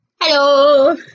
Hello